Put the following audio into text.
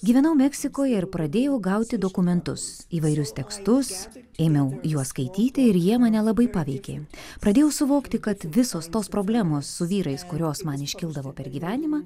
gyvenau meksikoje ir pradėjau gauti dokumentus įvairius tekstus ėmiau juos skaityti ir jie mane labai paveikė pradėjau suvokti kad visos tos problemos su vyrais kurios man iškildavo per gyvenimą